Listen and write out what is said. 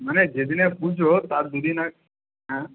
মানে যে দিনের পুজো তার দুদিন আগে হ্যাঁ